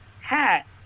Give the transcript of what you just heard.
hat